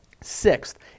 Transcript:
sixth